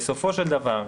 בסופו של דבר,